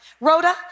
Rhoda